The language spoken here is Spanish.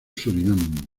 surinam